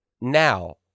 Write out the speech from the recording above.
Now